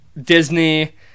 Disney